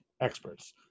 experts